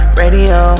radio